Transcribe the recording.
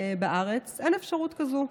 בארץ אין אפשרות כזאת,